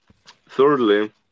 Thirdly